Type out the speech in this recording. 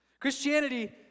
Christianity